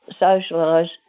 socialise